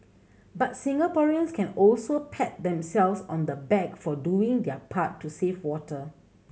but Singaporeans can also pat themselves on the back for doing their part to save water